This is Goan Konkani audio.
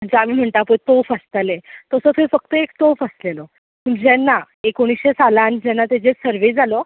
जाका म्हणटात पळय तोफ आसताले तसो खंय फकत एक तोफ आसलेलो पूण जेन्ना एकोणीशे सालान जेन्ना तेजेर सर्वे जालो